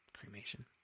Cremation